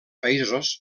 països